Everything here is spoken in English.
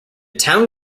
town